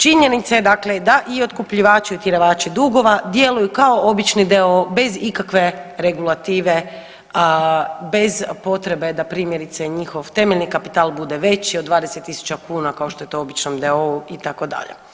Činjenica dakle da i otkupljivači utjerivači dugova djeluju kao obični d.o.o. bez ikakve regulative, bez potrebe da primjerice njihov temeljni kapital bude veći od 20.000 kuna kao što je to u običnom d.o.o. itd.